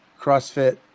CrossFit